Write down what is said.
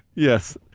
yes.